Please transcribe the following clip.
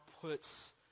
puts